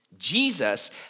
Jesus